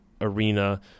arena